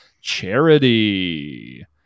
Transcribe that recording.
Charity